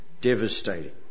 Devastating